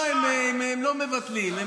לא, הם לא מבטלים.